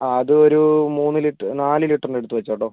അത് ഒരു മൂന്ന് ലിറ്റർ നാല് ലിറ്ററിന്റെ എടുത്ത് വെച്ചോട്ടോ